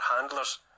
handlers